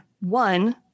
one